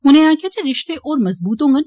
उनें आक्खेआ जे रिष्ते होर मजबूत होडन